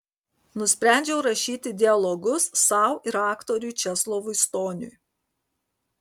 nusprendžiau rašyti dialogus sau ir aktoriui česlovui stoniui